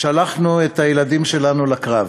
שלחנו את הילדים שלנו לקרב.